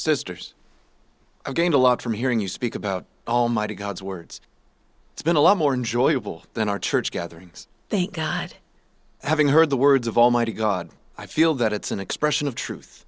sisters again a lot from hearing you speak about almighty god's words it's been a lot more enjoyable than our church gatherings thank god having heard the words of almighty god i feel that it's an expression of truth